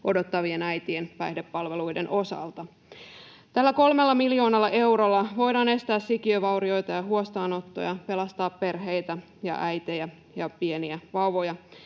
odottavien äitien päihdepalveluiden osalta. Tällä kolmella miljoonalla eurolla voidaan estää sikiövaurioita ja huostaanottoja, pelastaa perheitä ja äitejä ja pieniä vauvoja.